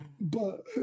but-